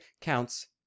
counts